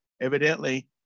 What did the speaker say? evidently